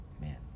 man